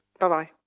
Bye-bye